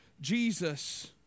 Jesus